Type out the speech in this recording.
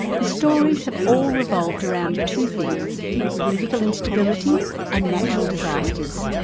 the stories have all revolved around two things political instability and natural disasters.